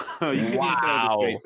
Wow